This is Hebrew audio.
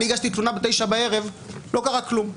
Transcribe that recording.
אני הגשתי תלונה בתשע בערב לא קרה כלום.